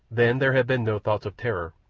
then there had been no thoughts of terror,